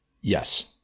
Yes